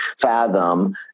fathom